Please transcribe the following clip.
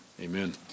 amen